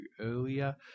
earlier